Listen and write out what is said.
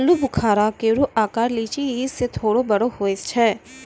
आलूबुखारा केरो आकर लीची सें थोरे बड़ो होय छै